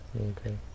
Okay